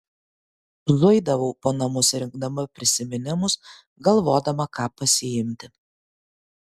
zuidavau po namus rinkdama prisiminimus galvodama ką pasiimti